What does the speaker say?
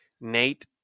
Nate